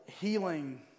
healing